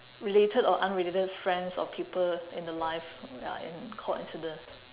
related or unrelated friends or people in the life ya in coincidence